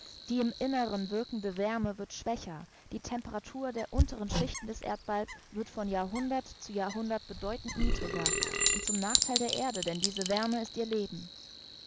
die im inneren wirkende wärme wird schwächer die temperatur der unteren schichten des erdballs wird von jahrhundert zu jahrhundert bedeutend niedriger und zum nachtheil der erde denn diese wärme ist ihr leben